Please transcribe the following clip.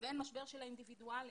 והן משבר של האינדיבידואלים.